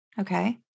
Okay